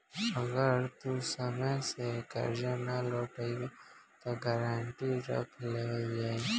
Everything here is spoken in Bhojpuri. अगर तू समय से कर्जा ना लौटइबऽ त गारंटी रख लेवल जाई